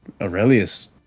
Aurelius